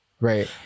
Right